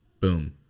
boom